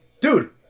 Dude